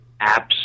apps